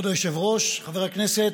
כבוד היושב-ראש, חברי הכנסת,